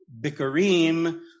Bikarim